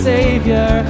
Savior